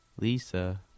Lisa